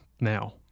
now